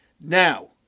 Now